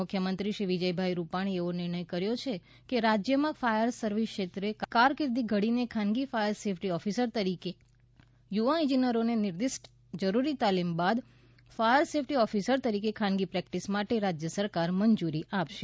મુખ્યમંત્રી શ્રી વિજયભાઈ રૂપાણીએ એવો નિર્ણય કર્યો છે કે રાજ્યમાં ફાયર સર્વિસ ક્ષેત્રે કારકીંદી ઘડીને ખાનગી ફાયર સેફટી ઓફિસર તરીકે યુવા ઇજનેરોને નિર્દિષ્ટ જરૂરી તાલીમ લીધા બાદ ફાયર સેફટી ઓફિસર તરીકે ખાનગી પ્રેકટીસ માટે રાજ્ય સરકાર મંજૂરી આપશે